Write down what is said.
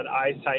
eyesight